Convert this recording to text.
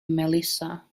melissa